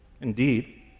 Indeed